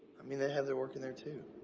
i mean they have their work in there, too.